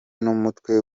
n’umutwe